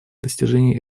достижения